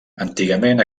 antigament